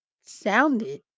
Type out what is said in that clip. sounded